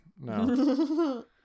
no